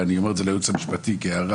ואני אומר את זה לייעוץ המשפטי כהערה